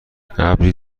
ابری